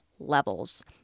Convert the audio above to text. Levels